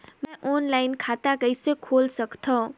मैं ऑनलाइन खाता कइसे खोल सकथव?